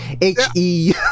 H-E